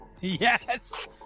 Yes